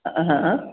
हँ